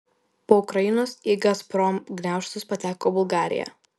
po ukrainos į gazprom gniaužtus pateko bulgarija